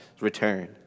return